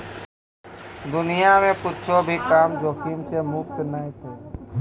दुनिया मे कुच्छो भी काम जोखिम से मुक्त नै छै